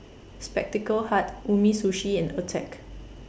Spectacle Hut Umisushi and Attack